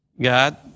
God